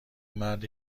مرد